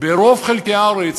ברוב חלקי הארץ